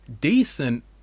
decent